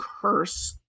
curse